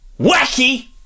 wacky